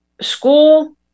school